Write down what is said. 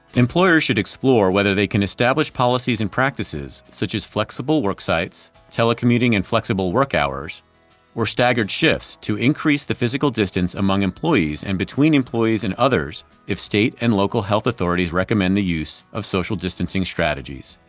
employers should explore whether they can establish policies and practices such as flexible work sites, telecommuting and flexible work hours or staggered shifts to increase the physical distance among employees and between employees and others if state and local health authorities recommend the use of social distancing strategies.